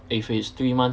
if it is three months